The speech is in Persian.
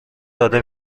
داده